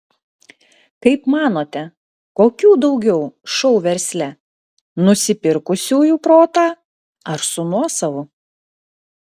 kaip manote kokių daugiau šou versle nusipirkusiųjų protą ar su nuosavu